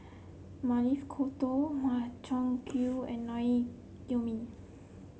Maili Kofta Makchang Gui and Naengmyeon